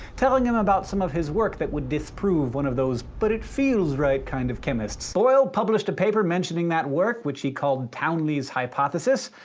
telling him about some of his work that would disprove one of those but it feels right kind of chemists. boyle published the paper mentioning that work, which he called towneley's hypothesis.